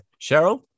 Cheryl